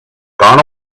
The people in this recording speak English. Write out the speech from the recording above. gone